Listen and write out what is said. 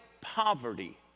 poverty